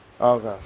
Okay